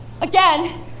again